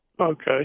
Okay